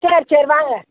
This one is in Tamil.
சரி சரி வாங்க